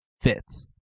fits